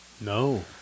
No